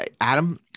Adam